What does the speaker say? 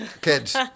Kids